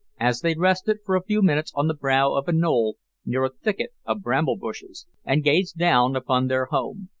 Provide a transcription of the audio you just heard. as they rested for a few minutes on the brow of a knoll near a thicket of bramble bushes, and gazed down upon their home.